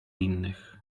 innych